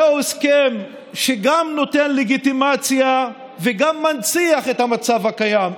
זהו הסכם שגם נותן לגיטימציה וגם מנציח את המצב הקיים,